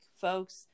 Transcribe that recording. folks